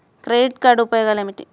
Credit card ఉపయోగాలు ఏమిటి?